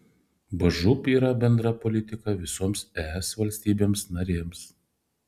bžūp yra bendra politika visoms es valstybėms narėms